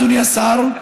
אדוני השר,